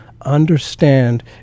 understand